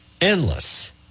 endless